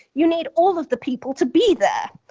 you need all of the people to be there.